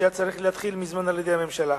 שהיה צריך להתחיל מזמן על-ידי הממשלה.